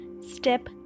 step